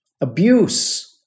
Abuse